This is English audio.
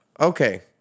okay